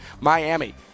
Miami